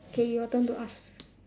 okay your turn to ask